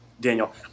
Daniel